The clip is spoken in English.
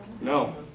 No